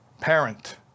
parent